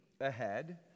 ahead